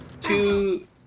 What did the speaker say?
Two